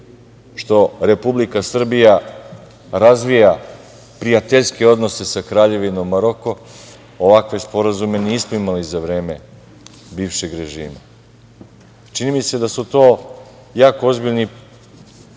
što Republika Srbija razvija prijateljske odnose sa Kraljevinom Maroko, ovakve sporazume nismo imali za vreme bivšeg režima. Čini mi se da su to jako ozbiljni problemi